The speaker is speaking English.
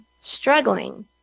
struggling